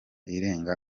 irenga